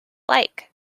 like